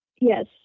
Yes